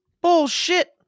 Bullshit